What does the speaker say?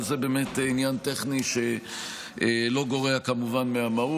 אבל זה באמת עניין טכני שלא גורע מהמהות,